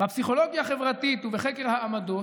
"בפסיכולוגיה חברתית ובחקר העמדות,